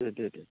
दे दे दे